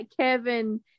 Kevin